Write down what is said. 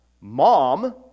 Mom